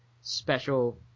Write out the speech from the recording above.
special